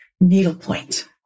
needlepoint